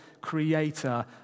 creator